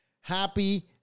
Happy